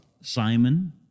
Simon